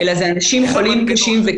מה המנגנון?